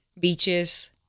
Beaches